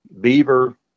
beaver